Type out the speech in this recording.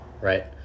right